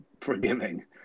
forgiving